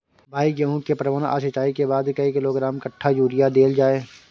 भाई गेहूं के पटवन आ सिंचाई के बाद कैए किलोग्राम कट्ठा यूरिया देल जाय?